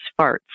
farts